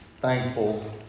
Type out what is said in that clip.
Thankful